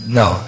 no